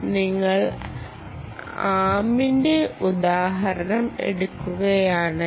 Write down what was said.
നിങ്ങൾ ആംമിന്റെ ഉദാഹരണം എടുക്കുകയാണെങ്കിൽ